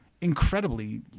incredibly